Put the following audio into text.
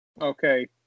Okay